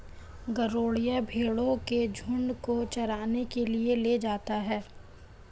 गरेड़िया भेंड़ों के झुण्ड को चराने के लिए ले जाता है